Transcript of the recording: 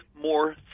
more